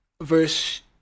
verse